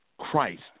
Christ